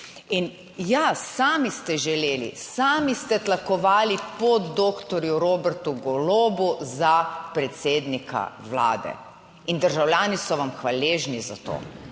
In ja, sami ste želeli, sami ste tlakovali pot doktorju Robertu Golobu za predsednika Vlade in državljani so vam hvaležni za to.